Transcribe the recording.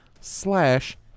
slash